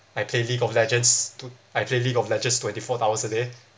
I play league of legends to I play league of legends twenty four hours a day